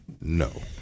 no